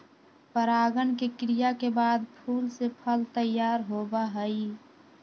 परागण के क्रिया के बाद फूल से फल तैयार होबा हई